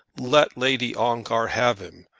let lady ongar have him.